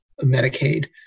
Medicaid